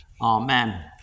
Amen